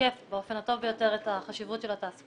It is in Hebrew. ישקף באופן הטוב ביותר את החשיבות של התעסוקה,